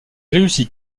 réussit